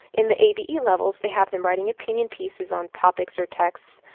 in the abe levels, they have them writing opinion pieces on topics or text,